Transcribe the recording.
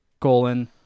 colon